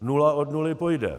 Nula od nuly pojde.